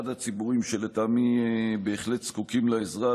אחד הציבורים שלטעמי בהחלט זקוקים לעזרה,